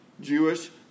Jewish